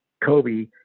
Kobe